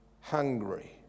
hungry